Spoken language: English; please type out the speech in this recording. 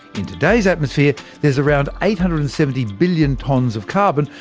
in today's atmosphere, there is around eight hundred and seventy billion tonnes of carbon,